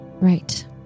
Right